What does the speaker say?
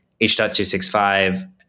h.265